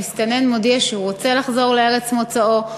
כשמסתנן מודיע שהוא רוצה לחזור לארץ מוצאו,